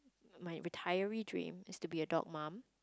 my retiree dream is to be a dog mum